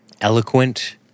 Eloquent